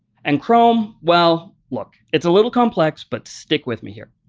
and chrome well, look. it's a little complex, but stick with me here.